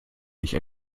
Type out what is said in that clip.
nicht